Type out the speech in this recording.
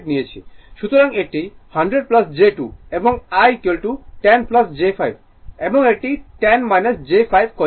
সুতরাং এটি 100 j 2 এবং I 10 j 5 এবং এটি 10 j 5 কনজুগেট হবে